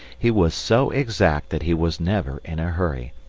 he was so exact that he was never in a hurry,